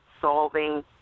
solving